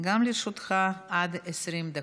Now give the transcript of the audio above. גם לרשותך עד 20 דקות.